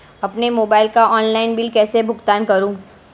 अपने मोबाइल का online bill कैसे भुगतान करूं?